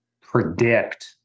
predict